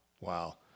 wow